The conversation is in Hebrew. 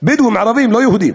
לבדואים ערבים, לא ליהודים,